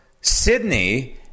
Sydney